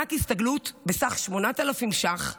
מענק הסתגלות בסך 8,000 שקלים